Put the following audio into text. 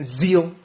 zeal